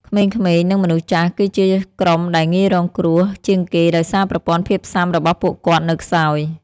ក្មេងៗ និងមនុស្សចាស់គឺជាក្រុមដែលងាយរងគ្រោះជាងគេដោយសារប្រព័ន្ធភាពស៊ាំរបស់ពួកគាត់នៅខ្សោយ។